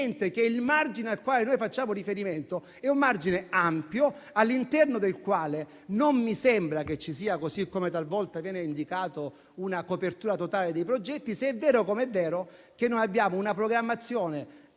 che il margine al quale noi facciamo riferimento è ampio, all'interno del quale non mi sembra che ci sia, così come talvolta viene indicato, una copertura totale dei progetti se è vero, come è vero, che noi abbiamo una programmazione